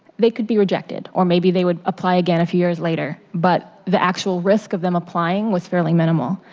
they could be rejected or maybe they would apply again a few years later. but the actual risk of them applying was fairly minimal.